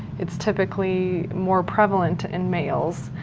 it's typically more prevalent in males